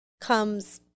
comes